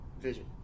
Vision